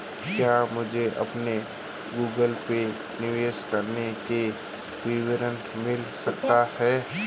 क्या मुझे अपने गूगल पे निवेश के लिए विवरण मिल सकता है?